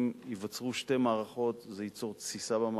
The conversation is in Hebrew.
אם ייווצרו שתי מערכות זה ייצור תסיסה במערכת,